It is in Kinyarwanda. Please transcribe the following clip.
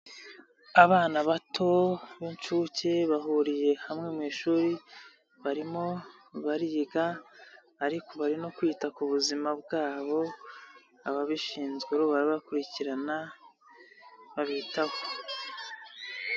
Abana bato b'inshuke bahuriye hamwe mu ishuri, barimo bariga ariko bari no kwita ku buzima bwabo, ababishinzwe barabakurikirana babitaho.